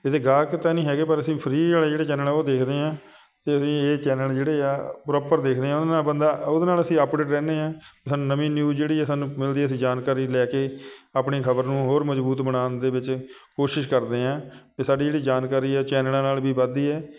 ਇਹਦੇ ਗਾਹਕ ਤਾਂ ਨਹੀਂ ਹੈਗੇ ਪਰ ਅਸੀਂ ਫਰੀ ਵਾਲੇ ਜਿਹੜੇ ਚੈਨਲ ਹੈ ਉਹ ਦੇਖਦੇ ਹਾਂ ਅਤੇ ਅਸੀਂ ਇਹ ਚੈਨਲ ਜਿਹੜੇ ਆ ਪ੍ਰੋਪਰ ਦੇਖਦੇ ਹਾਂ ਉਹਦੇ ਨਾਲ ਬੰਦਾ ਉਹਦੇ ਨਾਲ ਅਸੀਂ ਅਪਡੇਟ ਰਹਿੰਦੇ ਹਾਂ ਸਾਨੂੰ ਨਵੀਂ ਨਿਊਜ਼ ਜਿਹੜੀ ਹੈ ਸਾਨੂੰ ਮਿਲਦੀ ਅਸੀਂ ਜਾਣਕਾਰੀ ਲੈ ਕੇ ਆਪਣੀ ਖਬਰ ਨੂੰ ਹੋਰ ਮਜ਼ਬੂਤ ਬਣਾਉਣ ਦੇ ਵਿੱਚ ਕੋਸ਼ਿਸ਼ ਕਰਦੇ ਹਾਂ ਸਾਡੀ ਜਿਹੜੀ ਜਾਣਕਾਰੀ ਹੈ ਚੈਨਲਾਂ ਨਾਲ ਵੀ ਵੱਧਦੀ ਹੈ